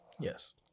Yes